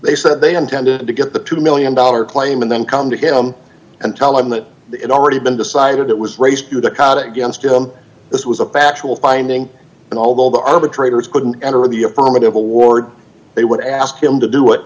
they said they intended to get the two million dollars claim and then come to him and tell him that it already been decided it was race to the cot it against him this was a factual finding and although the arbitrator's couldn't enter in the affirmative award they would ask him to do it